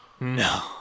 No